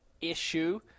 issue